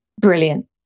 brilliant